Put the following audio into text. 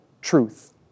truth